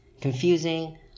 confusing